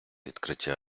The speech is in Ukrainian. відкриття